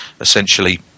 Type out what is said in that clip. essentially